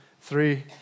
three